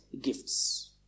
gifts